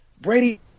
Brady